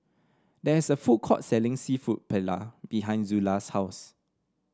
there is a food court selling seafood Paella behind Zula's house